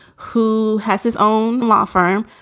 who has his own law firm.